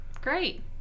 great